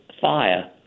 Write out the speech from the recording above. fire